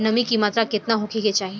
नमी के मात्रा केतना होखे के चाही?